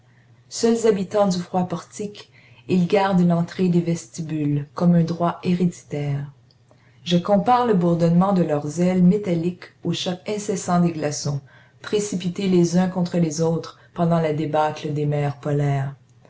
seuls habitants du froid portique ils gardent l'entrée des vestibules comme un droit héréditaire je compare le bourdonnement de leurs ailes métalliques au choc incessant des glaçons précipités les uns contre les autres pendant la débâcle des mers polaires